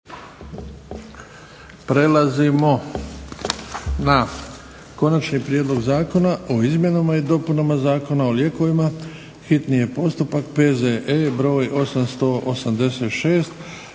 Prelazimo na - Konačni prijedlog Zakona o izmjenama i dopunama Zakona o lijekovima, hitni postupak, prvo i